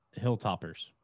Hilltoppers